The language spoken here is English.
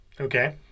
Okay